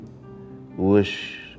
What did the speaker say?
wish